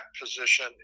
position